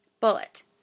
bullet